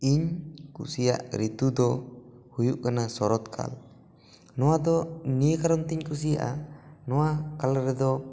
ᱤᱧ ᱠᱩᱥᱤᱭᱟᱜ ᱨᱤᱛᱩ ᱫᱚ ᱦᱩᱭᱩᱜ ᱠᱟᱱᱟ ᱥᱚᱨᱚᱫᱽ ᱠᱟᱞ ᱱᱚᱣᱟ ᱫᱚ ᱱᱤᱭᱟᱹ ᱠᱟᱨᱚᱱ ᱛᱤᱧ ᱠᱩᱥᱤᱭᱟᱜᱼᱟ ᱱᱚᱣᱟ ᱠᱟᱞ ᱨᱮᱫᱚ